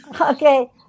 okay